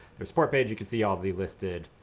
their support page, you can see all the listed